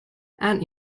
and